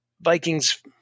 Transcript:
Vikings